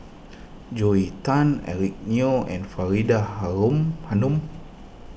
Joel Tan Eric Neo and Faridah Hanum